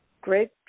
great